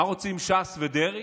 מה רוצים ש"ס ודרעי?